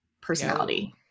personality